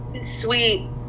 sweet